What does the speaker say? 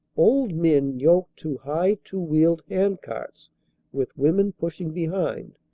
old men yoked to high two-wheeled hand-carts with women pushing behind,